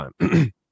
time